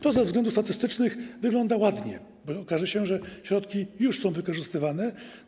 To ze względów statystycznych wygląda ładnie, okaże się, że środki już są wykorzystywane.